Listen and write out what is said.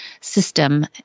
system